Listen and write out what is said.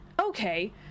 okay